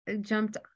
jumped